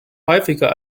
häufiger